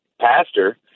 pastor